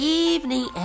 evening